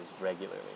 regularly